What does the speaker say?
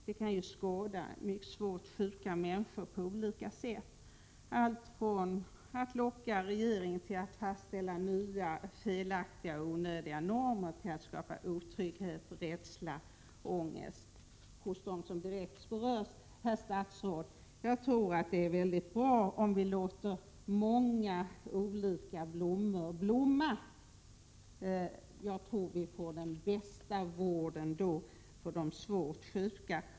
Det kan skada mycket svårt sjuka människor på olika sätt — allt från att locka regeringen till att fastställa nya, felaktiga och onödiga normer till att skapa otrygghet, rädsla och ångest hos dem som direkt berörs. Herr statsråd! Jag tror att det är väldigt bra om vi låter många olika blommor blomma. Jag tror att vi då får den bästa vården för de svårt sjuka.